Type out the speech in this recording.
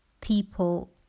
people